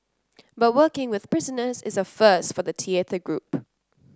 but working with prisoners is a first for the theatre group